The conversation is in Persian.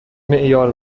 این